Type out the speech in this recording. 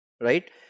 Right